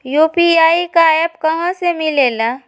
UPI का app कहा से मिलेला?